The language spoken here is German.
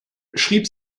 schrieb